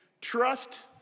trust